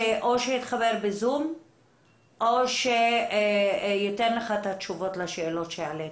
שיתחבר ב-zoom או שייתן לך את התשובות לשאלות שהעליתי.